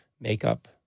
makeup